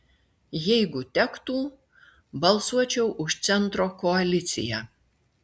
jeigu tektų balsuočiau už centro koaliciją